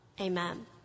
Amen